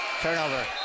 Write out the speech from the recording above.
Turnover